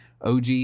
OG